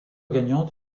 gagnante